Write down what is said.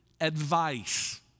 advice